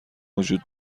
وجود